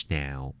now